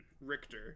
Richter